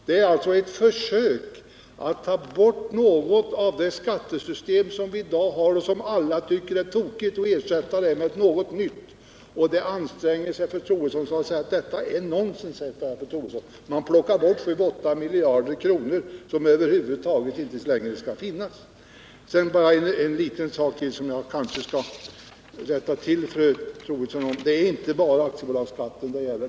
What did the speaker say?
Det är alltså ett försök att ta bort någonting av det skattesystem som vi har i dag och som alla tycker är tokigt och ersätta det med något nytt. Fru Troedsson anstränger sig för att argumentera mot det förslaget. Detta är nonsens, säger fru Troedsson: Man plockar bort 7-8 miljarder kronor som över huvud taget inte längre skall finnas. En liten sak till, som jag kanske skall rätta till, fru Troedsson.